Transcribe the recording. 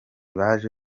baje